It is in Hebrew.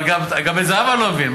אבל גם את זהבה אני לא מבין.